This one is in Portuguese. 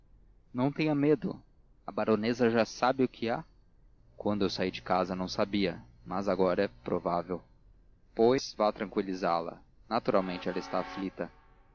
não tenha medo a baronesa já sabe o que há quando eu saí de casa não sabia mas agora é provável pois vá tranquilizá la naturalmente está aflita